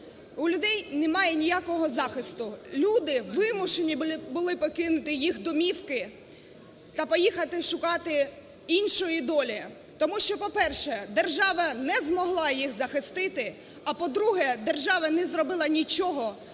У людей немає ніякого захисту. Люди вимушені були покинути їх домівки та поїхати шукати іншої долі, тому що, по-перше, держава не змогла їх захистити, а, по-друге, держава не зробила нічого,